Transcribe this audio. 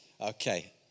Okay